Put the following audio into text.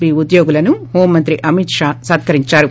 B ఉద్యోగులను home మంత్రి అమిత్ షా సత్కరించారు